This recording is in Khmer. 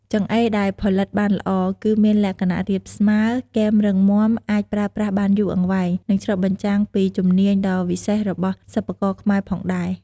ចង្អេរដែលផលិតបានល្អ គឺមានលក្ខណៈរាបស្មើ គែមរឹងមាំ អាចប្រើប្រាស់បានយូរអង្វែង និងឆ្លុះបញ្ចាំងពីជំនាញដ៏វិសេសរបស់សិប្បករខ្មែរផងដែរ។